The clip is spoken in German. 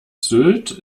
sylt